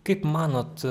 kaip manot